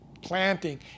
planting